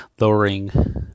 lowering